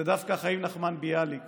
זה דווקא חיים נחמן ביאליק